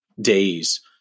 days